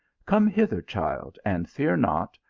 come hither, child, and fear not,